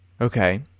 okay